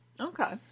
Okay